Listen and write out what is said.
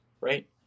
right